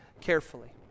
carefully